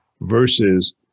versus